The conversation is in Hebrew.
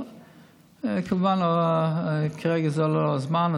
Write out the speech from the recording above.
אבל כמובן כרגע זה לא הזמן,